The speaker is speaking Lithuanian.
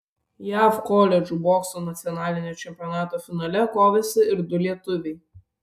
jav koledžų bokso nacionalinio čempionato finale kovėsi ir du lietuviai